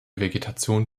vegetation